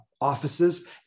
offices